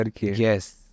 Yes